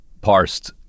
parsed